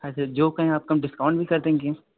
ऐसे जो कहें आपका हम डिस्काउंट भी कर देंगें